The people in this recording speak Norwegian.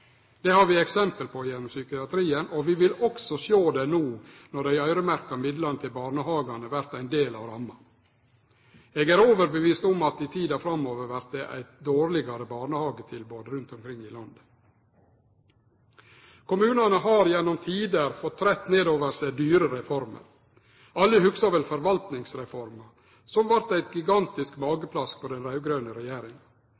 det einaste som vil fungere. Det har vi eksempel på gjennom psykiatrien, og vi vil også sjå det no når dei øyremerkte midlane til barnehagane vert ein del av ramma. Eg er overbevist om at i tida framover vert det eit dårlegare barnehagetilbod rundt omkring i landet. Kommunane har gjennom tider fått trædd ned over seg dyre reformer. Alle hugsar vel Forvaltningsreforma, som vart eit gigantisk